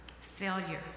failure